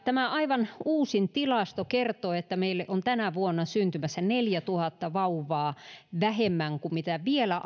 tämä aivan uusin tilasto kertoo että meille on tänä vuonna syntymässä neljätuhatta vauvaa vähemmän kuin mitä vielä